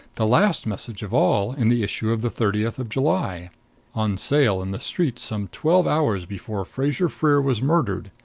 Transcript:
the last message of all, in the issue of the thirtieth of july on sale in the streets some twelve hours before fraser-freer was murdered.